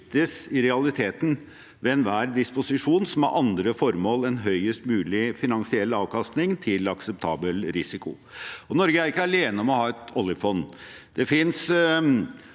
i realiteten ved enhver disposisjon som har andre formål enn høyest mulig finansiell avkastning til akseptabel risiko. Norge er ikke alene om å ha et oljefond.